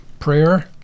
prayer